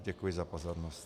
Děkuji za pozornost.